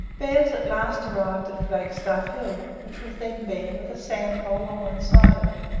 bez at last arrived at flagstaff hill, which was then bare, with a sand-hole on one side of it.